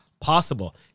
possible